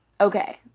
okay